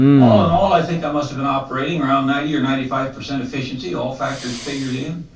all in all i think i must have been operating around ninety or ninety-five percent efficiency all factors figured in.